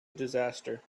disaster